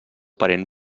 parent